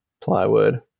plywood